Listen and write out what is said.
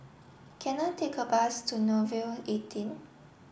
can I take a bus to Nouvel eighteen